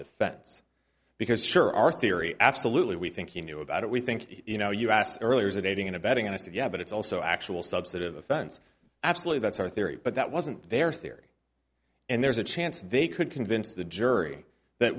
defense because sure our theory absolutely we think he knew about it we think you know you asked earlier is a dating in a betting and i said yeah but it's also actual substantive offense absolutely that's our theory but that wasn't their theory and there's a chance they could convince the jury that